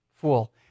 fool